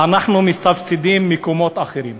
אנחנו מסבסדים מקומות אחרים.